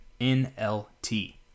NLT